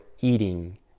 eating